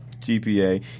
GPA